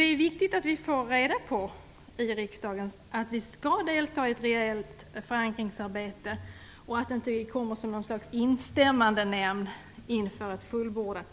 Det är viktigt att vi i riksdagen får reda på att vi skall delta i ett reellt förankringsarbete och att vi inte blir ett slags instämmandenämnd inför fullbordad